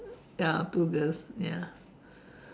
ya two girls ya